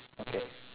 okay